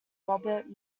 robert